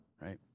right